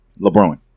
LeBron